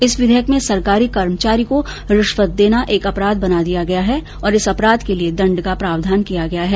इस विधेयक में सरकारी कर्मचारी को रिश्वत देना एक अपराध बना दिया गया है और इस अपराध के लिए दण्ड का प्रावधान किया गया है